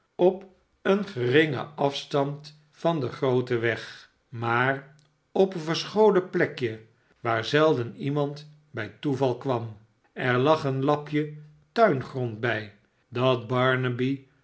op een geringen afstand van den grooten weg maar op een verscholen plekje waar zelden iemand bij toeval kwam er lag een lapje tuingrond bij dat